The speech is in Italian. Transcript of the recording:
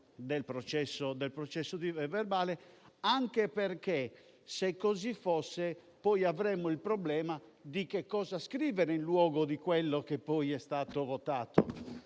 del processo verbale anche perché, se così fosse, avremmo poi il problema di cosa scrivere in luogo di quello che è stato votato